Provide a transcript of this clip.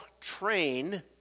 train